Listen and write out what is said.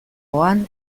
joan